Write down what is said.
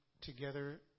together